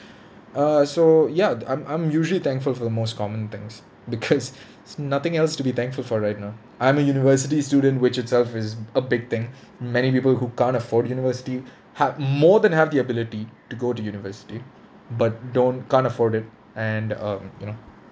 uh so ya I'm I'm usually thankful for the most common things because is nothing else to be thankful for right now I'm a university student which itself is a big thing many people who can't afford university ha~ more than have the ability to go to university but don't can't afford it and um you know